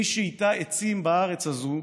מי שייטע עצים בארץ הזאת,